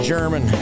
German